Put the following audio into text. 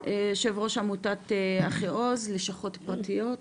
יו"ר עמותת "אחיעוז לשכות פרטיות".